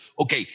Okay